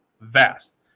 Vast